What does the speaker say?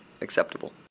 acceptable